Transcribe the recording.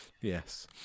Yes